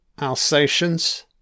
Alsatians